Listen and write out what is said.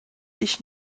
dich